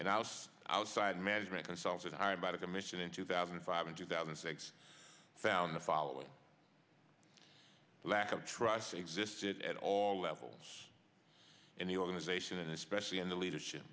and i was outside management consulting hired by the commission in two thousand and five and two thousand and six found the following lack of trust existed at all levels in the organization especially in the leadership